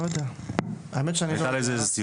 האמת שאני לא יודע.